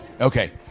Okay